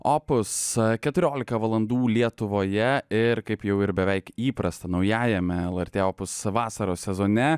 opus keturiolika valandų lietuvoje ir kaip jau ir beveik įprasta naujajame lrt opus vasaros sezone